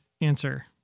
answer